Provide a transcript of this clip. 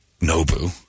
Nobu